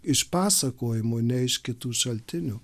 iš pasakojimų ne iš kitų šaltinių